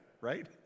right